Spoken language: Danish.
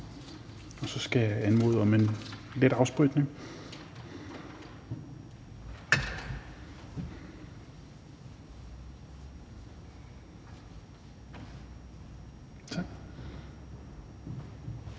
Og så skal jeg anmode om en let afspritning. Tak.